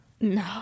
No